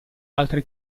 altre